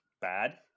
bad